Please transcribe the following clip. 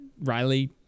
Riley